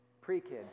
pre-kids